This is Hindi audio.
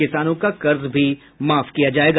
किसानों का कर्ज भी माफ किया जायेगा